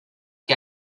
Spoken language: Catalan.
que